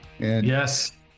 Yes